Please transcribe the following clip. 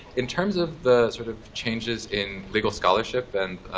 in terms of the sort of changes in legal scholarship and